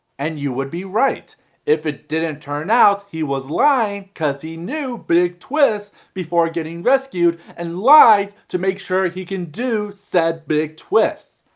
and you would be right if it didn't turn out he was lying cause he knew big twist before getting rescued and lied to make sure he can do said big twist.